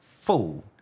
fool